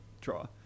draw